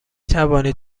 توانید